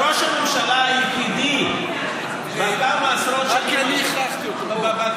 ראש הממשלה היחידי בכמה עשרות השנים האחרונות,